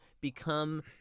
become